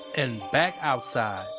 and back outside.